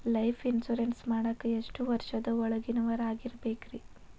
Life insurance ಮಾಡಾಕ ಎಷ್ಟು ವರ್ಷದ ಒಳಗಿನವರಾಗಿರಬೇಕ್ರಿ?